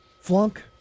flunk